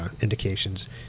indications